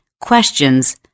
questions